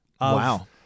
wow